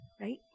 right